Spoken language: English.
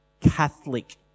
Catholic